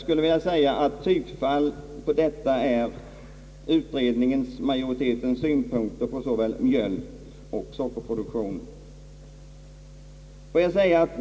Typfall härpå är synpunkterna av utredningsmajoriteten på såväl mjölksom sockerproduktionen.